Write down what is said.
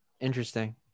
interesting